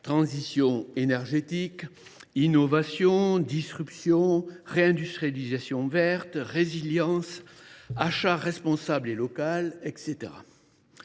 transition énergétique, innovation, disruption, réindustrialisation verte, résilience, achat responsable et local, etc.